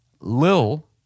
Lil